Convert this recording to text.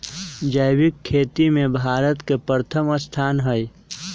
जैविक खेती में भारत के प्रथम स्थान हई